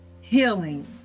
healing